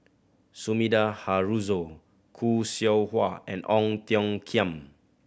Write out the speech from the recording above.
Sumida Haruzo Khoo Seow Hwa and Ong Tiong Khiam